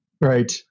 Right